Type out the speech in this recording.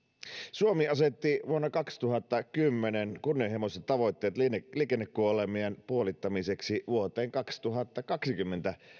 suomi asetti vuonna kaksituhattakymmenen kunnianhimoisen tavoitteen liikennekuolemien puolittamiseksi vuoteen kaksituhattakaksikymmentä